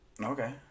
okay